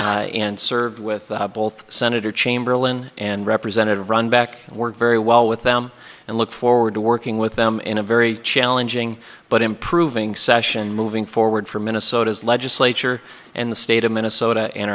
leader and served with both senator chamberlain and representative run back and work very well with them and look forward to working with them in a very challenging but improving session moving forward for minnesota's legislature and the state of minnesota and